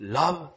love